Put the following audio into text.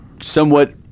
somewhat